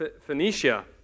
Phoenicia